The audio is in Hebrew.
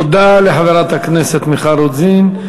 תודה לחברת הכנסת מיכל רוזין.